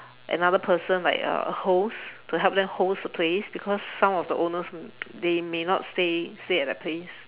another person like uh a host to help them host the place because some of the owners they may not stay stay at the place